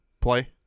play